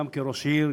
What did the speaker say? גם כראש עיר,